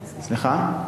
סליחה?